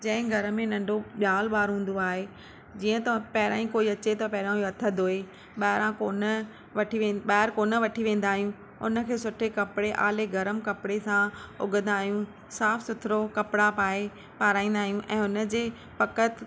जंहिं घर में नंढो ॼावल ॿारु हूंदो आहे जीअं त पहिरां ई कोई अचे त पहिरां ई हथ धोए ॿाहिरां कोन वठी वेन ॿाहिरि कोन वठी वेंदा आहियूं उनखे सुठे कपिड़े आले गरम कपिड़े सां उघंदा आहियूं साफ़ु सुथिरो कपिड़ा पाए पाराईंदा आहियूं ऐं उनजे फक़ति